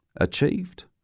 achieved